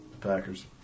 Packers